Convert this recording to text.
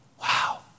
Wow